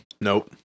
Nope